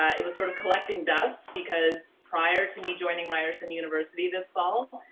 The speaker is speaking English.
it was sort of collecting dust because prior to me joining ryerson university this fall,